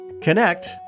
connect